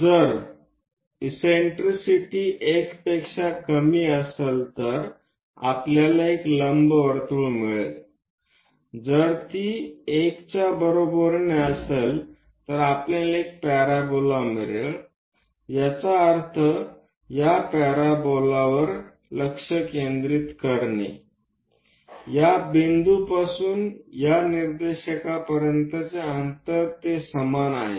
जर इससेन्ट्रिसिटी 1 पेक्षा कमी असेल तर आपल्याला एक लंबवर्तुळ मिळेल जर ती 1 च्या बरोबरीने असेल तर आपल्याला एक पॅराबोला मिळेल याचा अर्थ या पॅराबोलावर फोकस पासून या निर्देशिका पर्यंतचे अंतर आणि या बिंदूपासून या निर्देशिका पर्यंतचे अंतर ते समान आहेत